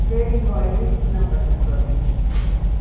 thread embroidery سیکھنا پسند کروں گی